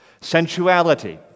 Sensuality